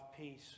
peace